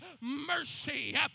mercy